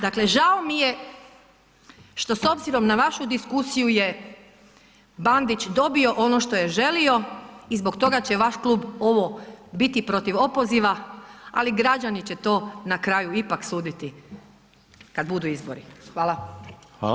Dakle, žao mi je što s obzirom na vašu diskusiju je Bandić dobio ono što je želio i zbog toga će vaš klub ovo, biti protiv opoziva, ali građani će to na kraju ipak suditi kad budu izbori.